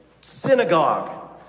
synagogue